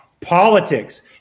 politics